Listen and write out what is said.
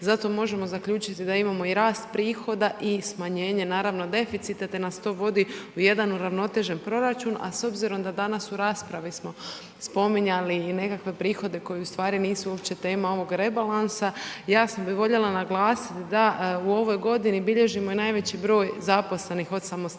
Zato možemo zaključiti da imamo i rast prihoda i smanjenje deficita te nas to vodi u jedan uravnotežen proračun. A s obzirom da danas u raspravi smo spominjali i nekakve prihode koji ustvari uopće nisu tema ovog rebalansa jasno bi voljela naglasiti da u ovoj godini bilježimo i najveći broj zaposlenih od samostalnosti.